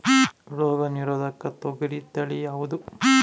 ರೋಗ ನಿರೋಧಕ ತೊಗರಿ ತಳಿ ಯಾವುದು?